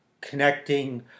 connecting